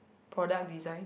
product design